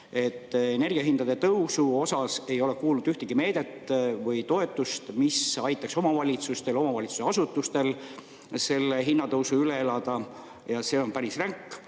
Energiahindade tõusu puhul ei ole kuulnud ühtegi meedet või toetust, mis aitaks omavalitsustel, omavalitsuse asutustel selle hinnatõusu üle elada. See on päris ränk.